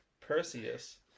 Perseus